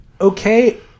Okay